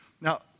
Now